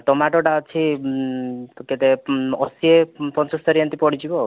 tomato ଟା ଅଛି କେତେ ଅଶୀ ପଞ୍ଚସ୍ତରି ଏମିତି ପଡ଼ିଯିବ ଆହୁରି